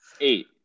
eight